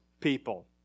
people